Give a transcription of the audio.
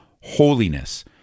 holiness